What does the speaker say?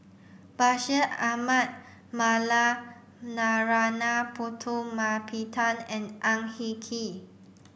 Bashir Ahmad Mallal Narana Putumaippittan and Ang Hin Kee